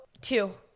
two